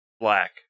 Black